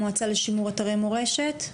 המועצה לשימור אתרי מורשת.